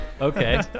Okay